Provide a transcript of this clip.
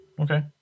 Okay